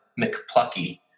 McPlucky